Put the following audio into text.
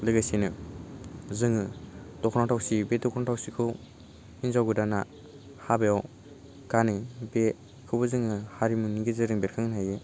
लोगोसेनो जोङो दख'ना थावसि बे दख'ना थावसिखौ हिन्जाव गोदाना हाबायाव गानो बेखौबो जोङो हारिमुनि गेजेरजों बेखांहोनो हायो